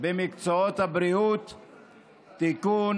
במקצועות הבריאות (תיקון,